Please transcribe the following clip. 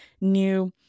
new